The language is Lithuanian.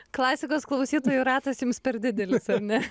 klasikos klausytojų ratas jums per didelis ar ne